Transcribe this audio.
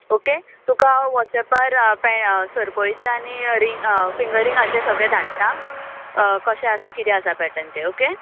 okay तुका हांव वॉट्स एपार पॅ सरपळीचें आनी रिंग फिंगर रिंगाचे सगळे धाडटा कशे आसा कितें आसा पॅटन तें ओके